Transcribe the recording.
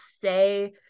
say